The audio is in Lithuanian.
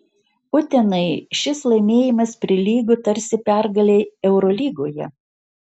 utenai šis laimėjimas prilygo tarsi pergalei eurolygoje